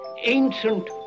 ancient